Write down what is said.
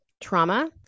trauma